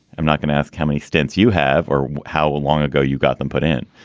i'm not going to ask how many stents you have or how ah long ago you got them put in.